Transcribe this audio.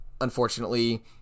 unfortunately